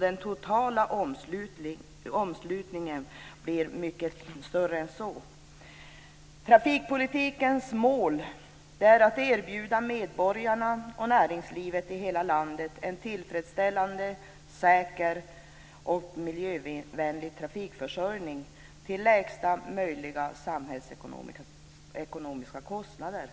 Den totala omslutningen blir mycket större än så. Trafikpolitikens mål är att erbjuda medborgarna och näringslivet i hela landet en tillfredsställande, säker och miljövänlig trafikförsörjning till lägsta möjliga samhällsekonomiska kostnader.